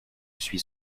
suis